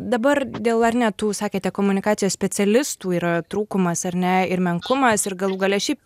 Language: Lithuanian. dabar dėl ar ne tų sakėte komunikacijos specialistų yra trūkumas ar ne ir menkumas ir galų gale šiaip